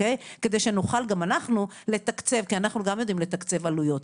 כדי שנוכל גם אנחנו לתקצב כי אנחנו גם יודעים לתקצב עלויות.